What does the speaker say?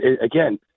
again